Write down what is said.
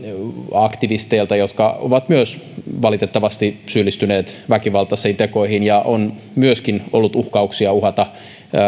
aktivisteilta jotka ovat myös valitettavasti syyllistyneet väkivaltaisiin tekoihin ja joilta on myöskin tullut uhkauksia uhata